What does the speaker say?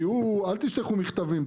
אל תשלחו מכתבים,